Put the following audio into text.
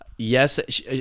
Yes